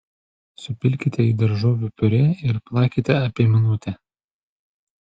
supilkite į daržovių piurė ir plakite apie minutę